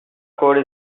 code